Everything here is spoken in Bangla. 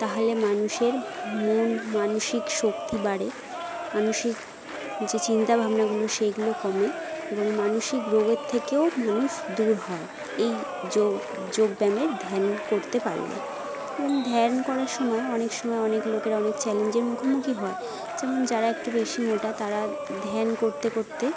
তাহলে মানুষের মন মানসিক শক্তি বাড়ে মানুষের যে চিন্তা ভাবনাগুলো সেইগুলো কমে এবং মানসিক রোগের থেকেও মানুষ দূর হয় এই যোগ যোগ ব্যায়ামের ধ্যান করতে পারলে এবং ধ্যান করার সময় অনেক সময় অনেক লোকেরা অনেক চ্যালেঞ্জের মুখোমুখি হয় যেমন যারা একটু বেশি মোটা তারা ধ্যান করতে করতে